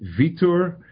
vitor